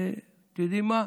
ויודעים מה?